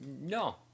No